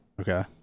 Okay